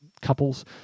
couples